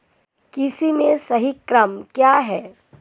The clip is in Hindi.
कृषि में सही क्रम क्या है?